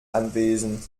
anwesend